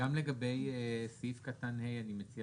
גם לגבי סעיף קטן (ה) אני מציע